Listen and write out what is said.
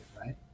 right